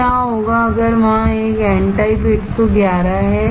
तो क्या होगा अगर वहाँ एक एन टाइप 111 है